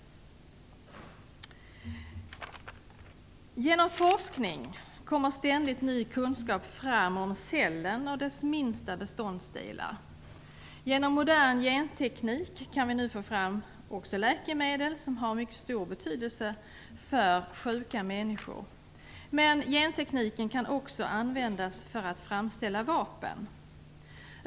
Genom forskning kommer ständigt ny kunskap fram om cellen och dess minsta beståndsdelar. Genom modern genteknik kan vi nu få fram också läkemedel som har mycket stor betydelse för sjuka människor. Men gentekniken kan också användas för att framställa vapen.